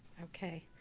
okay.